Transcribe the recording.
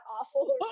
awful